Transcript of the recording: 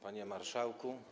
Panie Marszałku!